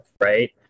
right